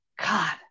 God